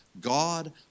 God